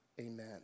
Amen